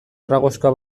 tragoxka